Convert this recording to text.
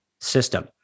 system